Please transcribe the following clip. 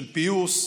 של פיוס,